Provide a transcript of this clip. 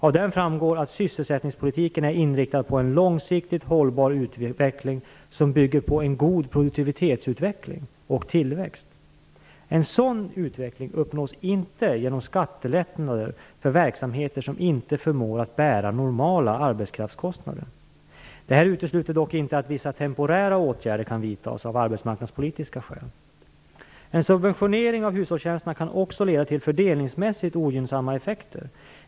Av denna framgår att sysselsättningspolitiken är inriktad på en långsiktigt hållbar utveckling som bygger på god produktivitetsutveckling och tillväxt. En sådan utveckling uppnås inte genom skattelättnader för verksamheter som inte förmår bära normala arbetskraftskostnader. Detta utesluter dock inte att vissa temporära åtgärder kan vidtas av arbetsmarknadspolitiska skäl. En subventionering av hushållstjänsterna kan också få fördelningsmässigt ogynnsamma effekter.